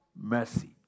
Mercy